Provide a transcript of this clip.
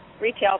retail